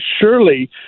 surely